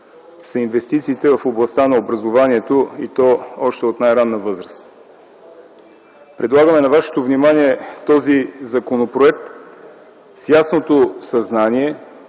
са инвестициите в областта на образованието и то още от най-ранна възраст. Предлагаме на вашето внимание този законопроект с ясното съзнание